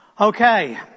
Okay